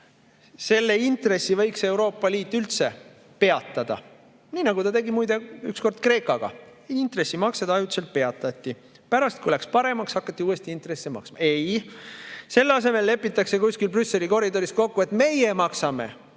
Selle intressi võiks Euroopa Liit üldse peatada, nii nagu ta tegi, muide, ükskord Kreekaga, intressimaksed ajutiselt peatati. Pärast, kui läks paremaks, hakati uuesti intressi maksma. Ei! Selle asemel lepitakse kuskil Brüsseli koridoris kokku, et meie maksame